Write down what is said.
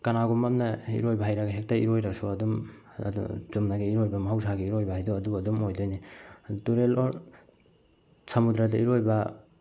ꯀꯅꯥꯒꯨꯝꯕ ꯑꯃꯅ ꯏꯔꯣꯏꯕ ꯍꯩꯔꯒ ꯍꯦꯛꯇ ꯏꯔꯣꯏꯔꯁꯨ ꯑꯗꯨꯝ ꯆꯨꯝꯅꯒꯤ ꯏꯔꯣꯏꯕ ꯃꯍꯧꯁꯥꯒꯤ ꯏꯔꯣꯏꯕ ꯍꯥꯏꯗꯣ ꯑꯗꯨ ꯑꯗꯨꯝ ꯑꯣꯏꯗꯣꯏꯅꯤ ꯇꯨꯔꯦꯜ ꯑꯣꯔ ꯁꯃꯨꯗ꯭ꯔꯗ ꯏꯔꯣꯏꯕ